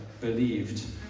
believed